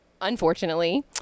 unfortunately